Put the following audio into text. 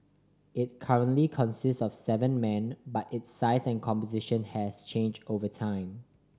it currently consists of seven men but its size and composition has changed over time